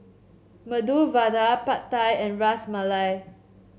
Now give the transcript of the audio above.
Medu Vada Pad Thai and Ras Malai